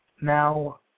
Now